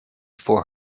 for